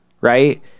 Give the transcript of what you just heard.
right